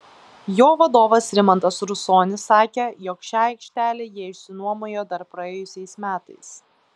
jo vadovas rimantas rusonis sakė jog šią aikštelę jie išsinuomojo dar praėjusiais metais